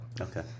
Okay